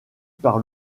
par